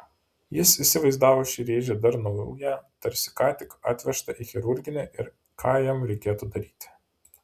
jis įsivaizdavo šį rėžį dar naują tarsi ką tik atvežtą į chirurginį ir ką jam reikėtų daryti